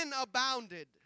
abounded